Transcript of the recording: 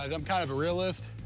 like i'm kind of a realist.